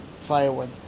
firewood